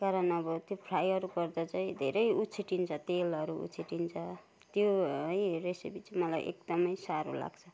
कारण अब त्यो फ्राईहरू गर्दा चाहिँ धेरै उछिट्टिन्छ तेलहरू उछिट्टिन्छ त्यो रेसिपी चाहिँ मलाई एकदम साह्रो लाग्छ